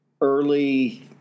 early